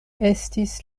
estis